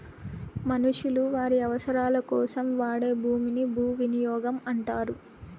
మనుషులు వారి అవసరాలకోసం వాడే భూమిని భూవినియోగం అంటారు